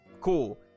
Cool